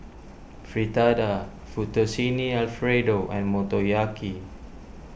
Fritada Fettuccine Alfredo and Motoyaki